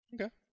Okay